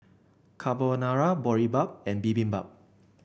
Carbonara Boribap and Bibimbap